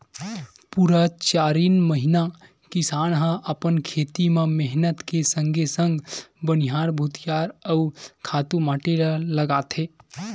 पुरा चारिन महिना किसान ह अपन खेत म मेहनत के संगे संग बनिहार भुतिहार अउ खातू माटी ल लगाथे